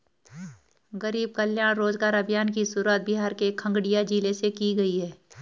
गरीब कल्याण रोजगार अभियान की शुरुआत बिहार के खगड़िया जिले से की गयी है